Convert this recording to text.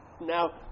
Now